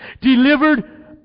Delivered